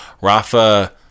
Rafa